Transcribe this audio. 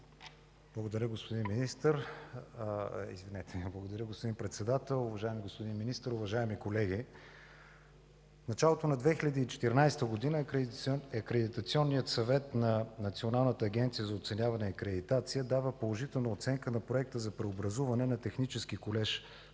Благодаря, господин Председател. Уважаеми господин Министър, уважаеми колеги! В началото на 2014 г. Акредитационният съвет на Националната агенция за оценяване и акредитация дава положителна оценка на Проекта за преобразуване на Техническия колеж в структурата